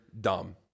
dumb